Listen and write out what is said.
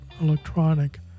electronic